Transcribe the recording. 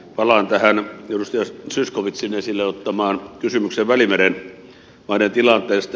palaan tähän edustaja zyskowiczin esille ottamaan kysymykseen välimeren maiden tilanteesta